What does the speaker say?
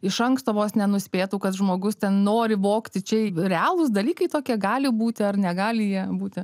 iš anksto vos nenuspėtų kad žmogus ten nori vogti čia realūs dalykai tokie gali būti ar negali jie būti